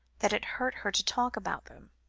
that it hurt her to talk about them.